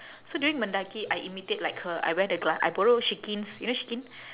so during mendaki I imitate like her I wear the gla~ I borrow shikin's you know shikin